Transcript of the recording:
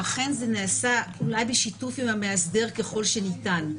שאכן זה נעשה בשיתוף עם המאסדר ככל שניתן,